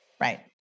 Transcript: Right